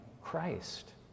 Christ